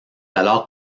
alors